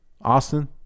Austin